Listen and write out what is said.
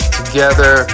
together